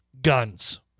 Guns